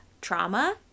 trauma